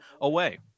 away